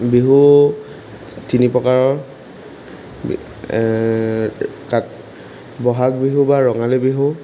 বিহু তিনিপ্ৰকাৰৰ কা বহাগ বিহু বা ৰঙালী বিহু